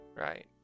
Right